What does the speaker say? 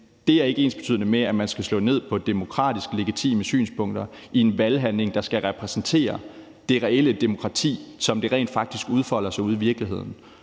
det er ikke ensbetydende med, at man skal slå ned på demokratiske, legitime synspunkter i en valghandling, der skal repræsentere det reelle demokrati, som det rent faktisk udfolder sig ude i virkeligheden.